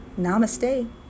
Namaste